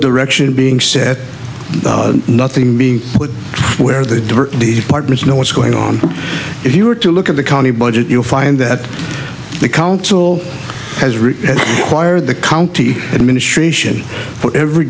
direction being said nothing being put where the dirty partners know what's going on if you were to look at the county budget you'll find that the council has really fired the county administration for every